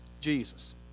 Jesus